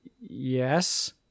Yes